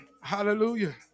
Hallelujah